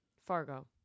Fargo